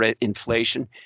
inflation